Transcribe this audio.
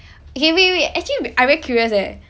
okay wait wait actually I very curious leh